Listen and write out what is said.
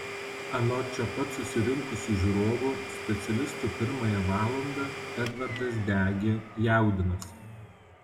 anot čia pat susirinkusių žiūrovų specialistų pirmąją valandą edvardas degė jaudinosi